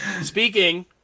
speaking